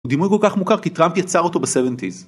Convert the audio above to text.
הוא דימוי כל כך מוכר כי טראמפ יצר אותו בסבנטיז